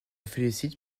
félicite